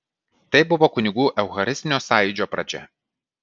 tai buvo kunigų eucharistinio sąjūdžio pradžia